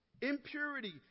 impurity